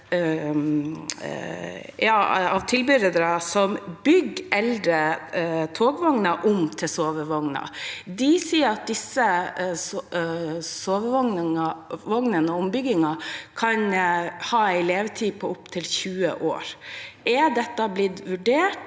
av tilbydere som bygger eldre togvogner om til sovevogner. De sier at disse ombygde sovevognene kan ha en levetid på opptil 20 år. Er dette blitt vurdert?